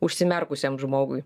užsimerkusiam žmogui